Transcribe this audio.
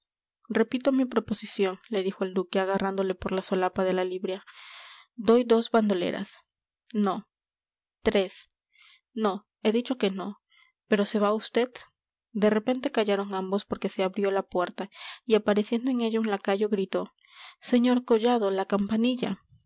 repito mi proposición le dijo el duque agarrándole por la solapa de la librea doy dos bandoleras no tres no he dicho que no pero se va vd de repente callaron ambos porque se abrió la puerta y apareciendo en ella un lacayo gritó sr collado la campanilla